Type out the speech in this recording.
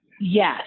Yes